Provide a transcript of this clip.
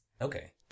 Okay